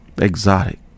Exotic